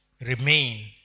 remain